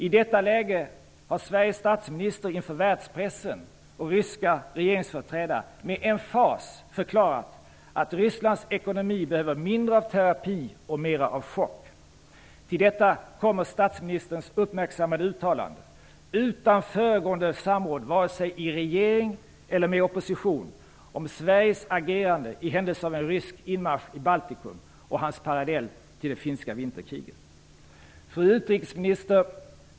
I detta läge har Sveriges statsminister inför världspressen och ryska regeringsföreträdare med emfas förklarat att Rysslands ekonomi behöver mindre av terapi och mera av chock. Till detta kommer statsministerns uppmärksammade uttalanden -- utan föregående samråd vare sig i regeringen eller med oppositionen -- om Sveriges agerande i händelse av en rysk inmarsch i Baltikum och hans parallell till finska vinterkriget. Fru utrikesminister!